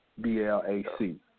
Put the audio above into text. B-L-A-C